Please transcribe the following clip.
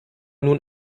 nun